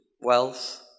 wealth